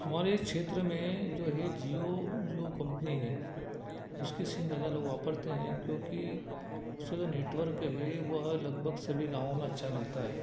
हमारे क्षेत्र में जो है जीओ जो कम्पनी है उसके सिम ज़्यादा लोग वापरते हैं क्योंकि उसका जो नेटवर्क है वह लगभग सभी गाँवों में अच्छा मिलता है